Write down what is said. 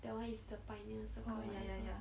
that one is the pioneer circle whatever